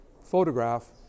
photograph